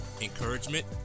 encouragement